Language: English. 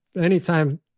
Anytime